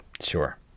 sure